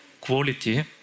quality